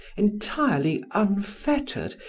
entirely unfettered,